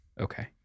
Okay